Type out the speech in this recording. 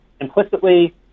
implicitly